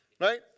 Right